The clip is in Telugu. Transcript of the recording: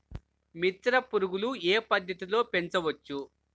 మిత్ర పురుగులు ఏ పద్దతిలో పెంచవచ్చు?